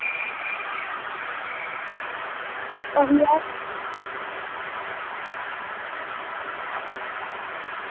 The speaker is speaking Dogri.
ओही आ